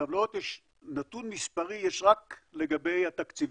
בטבלאות נתון מספרי יש רק לגבי התקציבים.